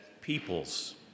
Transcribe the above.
peoples